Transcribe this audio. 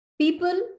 People